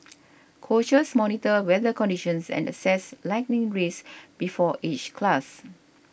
coaches monitor weather conditions and assess lightning risks before each class